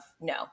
no